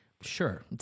Sure